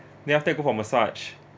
then after go for massage